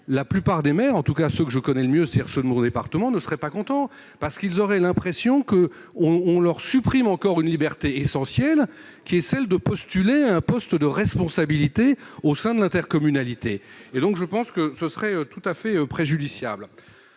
la plupart des maires et, en tout cas, ceux que je connais le mieux, ceux de mon département, ne seraient pas contents, parce qu'ils auraient l'impression qu'on leur supprime encore une liberté essentielle, celle de postuler à un poste de responsabilité au sein de l'intercommunalité. J'estime donc qu'un tel changement serait tout à fait préjudiciable.